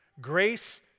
grace